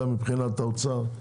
גם מבחינת האוצר,